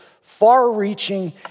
Far-reaching